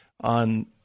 on